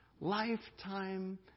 lifetime